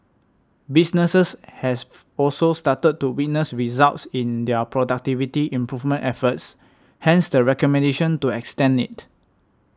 businesses have also started to witness results in their productivity improvement efforts hence the recommendation to extend it